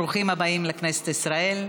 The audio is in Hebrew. ברוכים הבאים לכנסת ישראל.